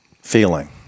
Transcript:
feeling